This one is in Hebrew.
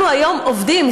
אנחנו היום עובדים,